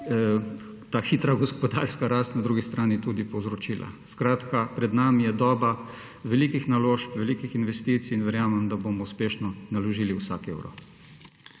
je ta hitra gospodarska rast na drugi strani tudi povzročila. Skratka, pred nami je doba velikih naložb, velikih investicij in verjamem, da bomo uspešno naložili vsak evro.